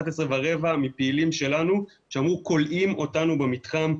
23:15 מפעילים שלנו שאמרו 'כולאים אותנו במתחם,